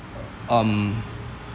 um